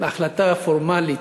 ההחלטה הפורמלית,